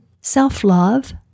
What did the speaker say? self-love